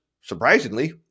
surprisingly